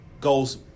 goes